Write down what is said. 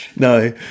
No